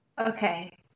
Okay